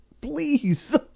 Please